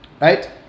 Right